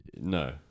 No